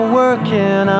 working